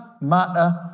matter